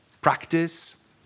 practice